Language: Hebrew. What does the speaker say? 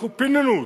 אנחנו פינינו אותה,